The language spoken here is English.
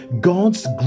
God's